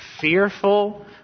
fearful